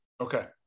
Okay